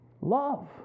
Love